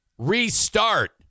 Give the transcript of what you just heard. restart